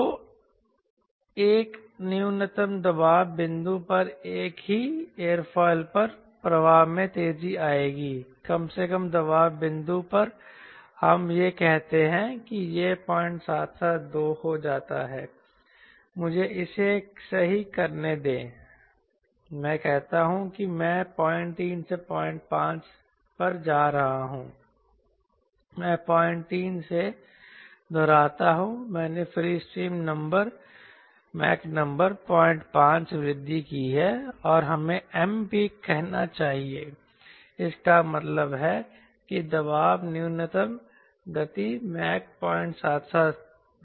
तो एक न्यूनतम दबाव बिंदु पर एक ही एयरोफिल पर प्रवाह में तेजी आएगी कम से कम दबाव बिंदु पर हम यह कहते हैं कि यह 0772 हो जाता है मुझे इसे सही करने दें मैं कहता हूं कि मैं 03 से 05 पर जा रहा हूं मैं 03 से दोहराता हूं मैंने फ्री स्ट्रीम नंबर 05 वृद्धि की है और हमें Mpeak कहना चाहिए इसका मतलब है कि दबाव न्यूनतम गति 0772 के बराबर है